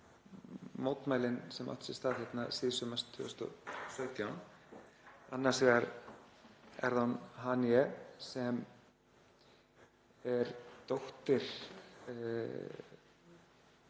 mótmælin sem áttu sér stað hérna síðsumars 2017. Annars vegar er það Haniye sem er dóttir